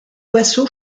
massot